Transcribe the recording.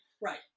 Right